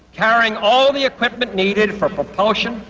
carrying all the equipment needed for propulsion,